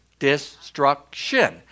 destruction